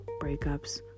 breakups